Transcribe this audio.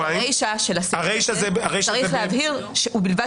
אבל ברישה של הסעיף צריך להבהיר ובלבד